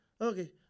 okay